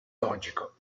logico